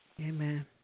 amen